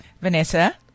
Vanessa